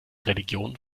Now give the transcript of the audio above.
religion